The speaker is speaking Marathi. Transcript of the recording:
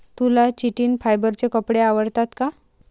तुला चिटिन फायबरचे कपडे आवडतात का?